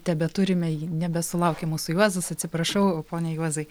tebeturime jį nebesulaukė mūsų juozas atsiprašau pone juozai